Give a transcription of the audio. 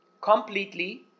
completely